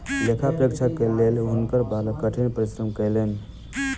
लेखा परीक्षक के लेल हुनकर बालक कठिन परिश्रम कयलैन